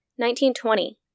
1920